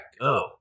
go